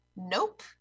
Nope